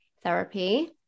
therapy